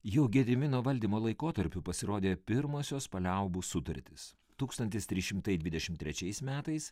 jau gedimino valdymo laikotarpiu pasirodė pirmosios paliaubų sutartys tūkstantis trys šimtai dvidešim trečiais metais